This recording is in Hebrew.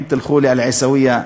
אם תלכו לאל-עיסאוויה,